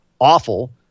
awful